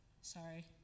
Sorry